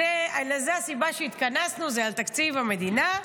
זו הסיבה שהתכנסנו, זה על תקציב המדינה.